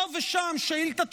פה ושם שאילתה דחופה,